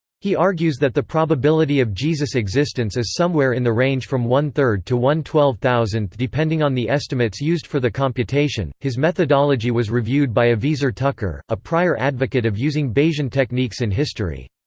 he argues that the probability of jesus' existence is somewhere in the range from one three to one twelve thousand depending on the estimates used for the computation his methodology was reviewed by aviezer tucker, a prior advocate of using bayesian techniques in history.